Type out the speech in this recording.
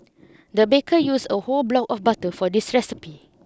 the baker use a whole block of butter for this recipe